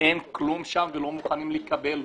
אין כלום שם ולא מוכנים לקבל.